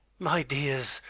my dears,